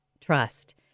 trust